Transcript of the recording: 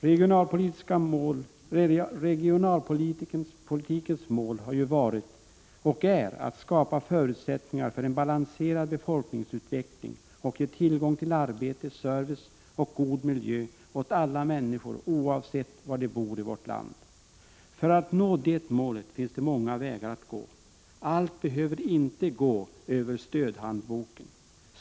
Regionalpolitikens mål har ju varit, och är fortfarande, att skapa förutsättningar för en balanserad befolkningsutveckling och att ge alla människor — oavsett var i vårt land de bor— tillgång till arbete, service och god miljö. Om man vill nå det målet, finns det många vägar att gå. Allt behöver inte så att säga gå över stödhandboken.